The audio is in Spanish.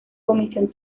comisión